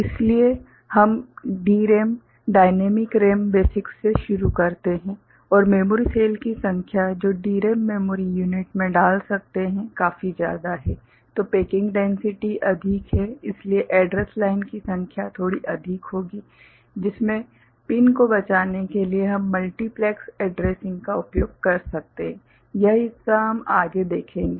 इसलिए हम DRAM dynamic RAM basics से शुरू करते हैं और मेमोरी सेल की संख्या जो DRAM मेमोरी यूनिट में डाल सकते हैं काफी ज्यादा है तो पैकिंग डैन्सिटि अधिक है इसलिए एड्रैस लाइन की संख्या थोड़ी अधिक होगी जिसमे पिन को बचाने के लिए हम मल्टीप्लेक्स एड्रेसिंग का उपयोग कर सकते हैं यह हिस्सा हम आगे देखेंगे